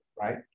right